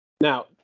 Now